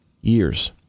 years